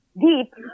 deep